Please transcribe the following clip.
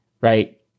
Right